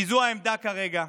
כי זאת העמדה כרגע.